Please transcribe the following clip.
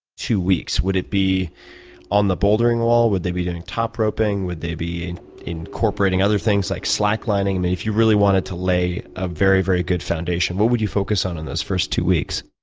two weeks? would it be on the bouldering wall? would they be doing top roping? would they be incorporating other things like slack lining? if you really wanted to lay a very, very good foundation, what would you focus on in those first two weeks?